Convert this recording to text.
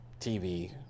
tv